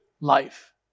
life